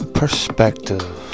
perspective